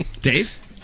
Dave